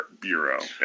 Bureau